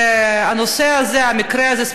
המקרה הזה,